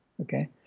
okay